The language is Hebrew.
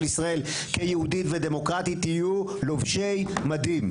ישראל כיהודית ודמוקרטית יהיו לובשי מדים.